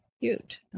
cute